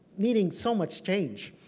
needing so much change.